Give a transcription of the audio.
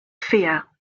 fear